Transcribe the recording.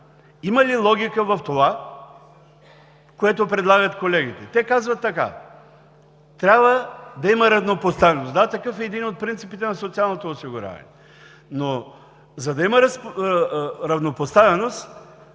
Има ли логика в това, което предлагат колегите? Те казват така: трябва да има равнопоставеност. Да, такъв е един от принципите на социалното осигуряване. Но, за да има равнопоставеност,